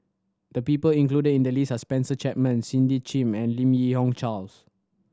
the people included in the list are Spencer Chapman Cindy Sim and Lim Yi Yong Charles